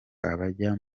abajya